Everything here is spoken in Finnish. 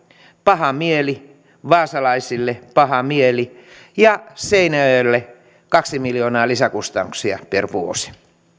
paha mieli vaasalaisille paha mieli ja seinäjoelle kaksi miljoonaa lisäkustannuksia per vuosi värderade